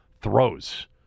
throws